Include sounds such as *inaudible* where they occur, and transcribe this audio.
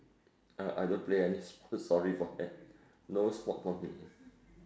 uh I don't play any sport *laughs* sorry for that no sport for me